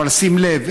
אבל שים לב,